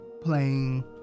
playing